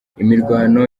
imirwano